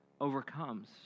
overcomes